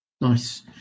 nice